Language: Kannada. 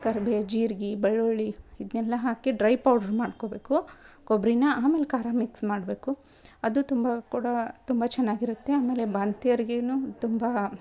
ಕರ್ಬೇವು ಜೀರಿಗೆ ಬೆಳ್ಳುಳ್ಳಿ ಇದನೆಲ್ಲ ಹಾಕಿ ಡ್ರೈ ಪೌಡ್ರು ಮಾಡ್ಕೋಬೇಕು ಕೊಬ್ಬರೀನ ಆಮೇಲೆ ಖಾರ ಮಿಕ್ಸ್ ಮಾಡಬೇಕು ಅದು ತುಂಬ ಕೂಡಾ ತುಂಬ ಚೆನ್ನಾಗಿರತ್ತೆ ಆಮೇಲೆ ಬಾಣ್ತಿಯರಿಗೇನು ತುಂಬ